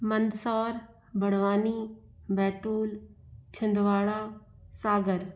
मंदसौर भड़वानी बैतूल छिंदवाड़ा सागर